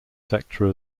sector